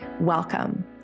Welcome